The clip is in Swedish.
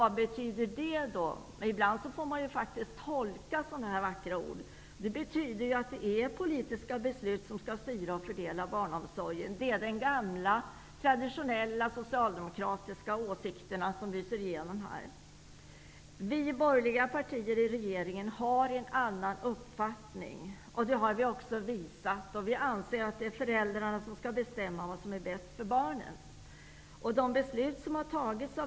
Vad betyder det då -- ibland får man faktiskt tolka sådana här vackra ord? Jo, det betyder ju att politiska beslut skall styra och fördela barnomsorgen. Det är de gamla, traditionella socialdemokratiska åsikterna som lyser igenom här. Vi i de borgerliga regeringspartierna har en annan uppfattning. Det har vi också visat. Vi anser att föräldrarna skall bestämma vad som är bäst för barnen.